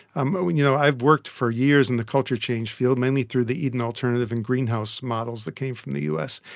um um and you know i've worked for years in the culture change field, mainly through the eden alternative and greenhouse models that came from the us,